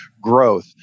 Growth